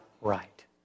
right